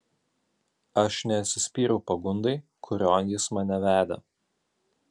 aš neatsispyriau pagundai kurion jis mane vedė